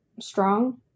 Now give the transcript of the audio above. strong